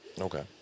Okay